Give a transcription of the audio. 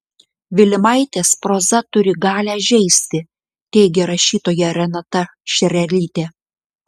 vilimaitės proza turi galią žeisti teigia rašytoja renata šerelytė